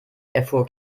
erfuhr